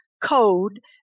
code